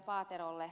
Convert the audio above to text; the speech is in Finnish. paaterolle